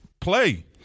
play